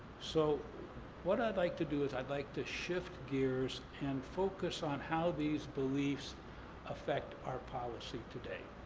so what i'd like to do is i'd like to shift gears and focus on how these beliefs affect our policy today.